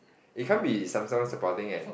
it can't be Samsung supporting an